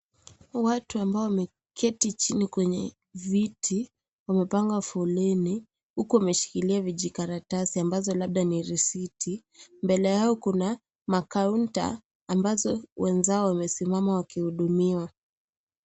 Watu ambao wameketi chini kwenye viti, wamepanga foleni huku wameshikilia vijikaratasi ambazo labda ni risiti, mbele yao kuna makaunta ambazo wenzao wamesimama wakihudumiwa.